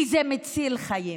כי זה מציל חיים.